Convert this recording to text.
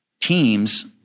teams